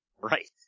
Right